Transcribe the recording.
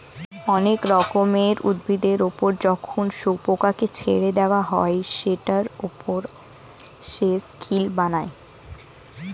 অনেক রকমের উভিদের ওপর যখন শুয়োপোকাকে ছেড়ে দেওয়া হয় সেটার ওপর সে সিল্ক বানায়